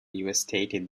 devastated